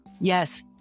yes